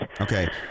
Okay